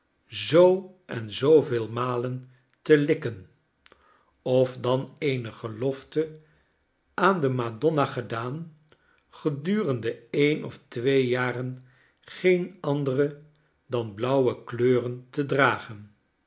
zoo en zooveel malen te likken of dan eene gelofte aan de madonna gedaan gedurende een of twee jaren geen andere dan blauwe kleuren te dragen